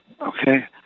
Okay